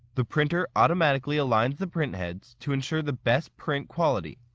the printer automatically aligns the print heads to ensure the best print quality.